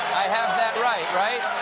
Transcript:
i have that right, right?